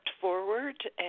forward